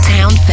Town